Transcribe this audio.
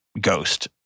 ghost